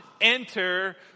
enter